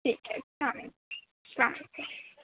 ٹھیک ہے سلام السّلام علیکم